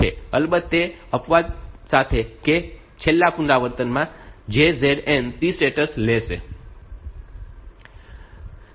અલબત્ત એ અપવાદ સાથે કે છેલ્લા પુનરાવર્તન માટે JZN 7 T સ્ટેટ્સ લેશે